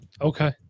okay